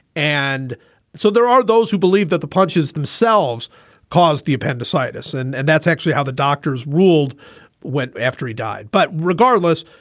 and so there are those who believe that the punches themselves caused the appendicitis. and and that's actually how the doctors ruled went after he died. but regardless,